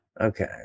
okay